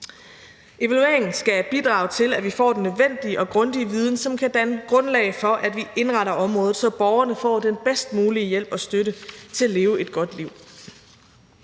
Evalueringen skal bidrage til, at vi får den nødvendige og grundige viden, som kan danne grundlag for, at vi indretter området, så borgerne får den bedst mulige hjælp og støtte til at leve et godt liv.